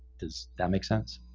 does that make sense?